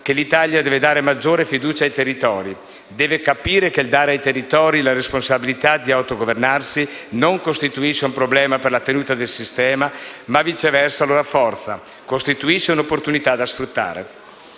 che l'Italia deve dare maggior fiducia ai territori, deve capire che il dare ai territori la responsabilità di autogovernarsi non costituisce un problema per la tenuta del sistema, ma viceversa, lo rafforza e costituisce un'opportunità da sfruttare.